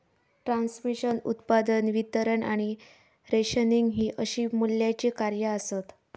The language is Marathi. ट्रान्समिशन, उत्पादन, वितरण आणि रेशनिंग हि अशी मूल्याची कार्या आसत